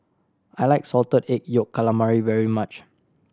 I like Salted Egg Yolk Calamari very much